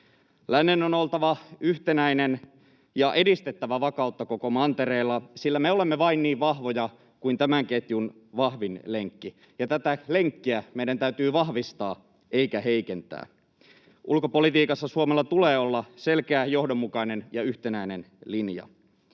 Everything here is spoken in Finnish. Lännen on oltava yhtenäinen ja edistettävä vakautta koko mantereella, sillä me olemme vain niin vahvoja kuin tämän ketjun heikoin lenkki, ja tätä lenkkiä meidän täytyy vahvistaa eikä heikentää. Ulkopolitiikassa Suomella tulee olla selkeä, johdonmukainen ja yhtenäinen linja.